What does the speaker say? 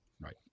Right